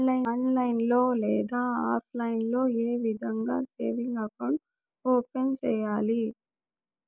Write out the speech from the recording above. online లో లేదా offline లో ఏ విధంగా సేవింగ్ అకౌంట్ ఓపెన్ సేయాలి